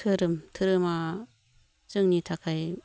धोरोम धोरोमा जोंनि थाखाय